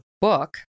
book